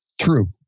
True